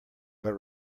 but